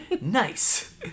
Nice